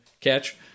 catch